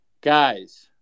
Guys